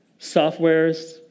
softwares